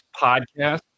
podcast